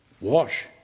wash